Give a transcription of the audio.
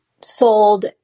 sold